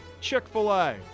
Chick-fil-A